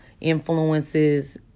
influences